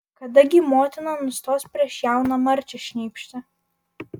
kada gi motina nustos prieš jauną marčią šnypšti